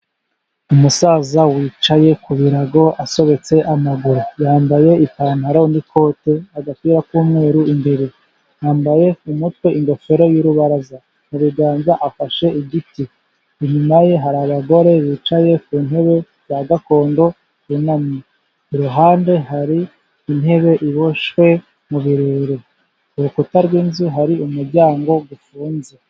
Umusaza wicaye ku birago asobetse amaguru, yambaye ipantaro n'ikote agapira k'umweru imbere, yambaye mu mutwe ingofero y'urubaraza, mu biganza afashe igiti inyuma ye hari abagore bicaye ku ntebe za gakondo bunamye, iruhande hari intebe iboshywe mu birere ku rukuta rw'inzu hari umuryango ufunze.